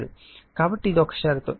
కాబట్టి ఇది షరతు